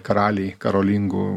karaliai karolingų